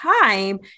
time